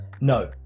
no